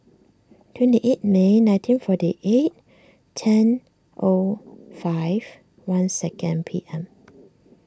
twenty eight May nineteen forty eight ten O five one second P M